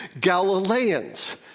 Galileans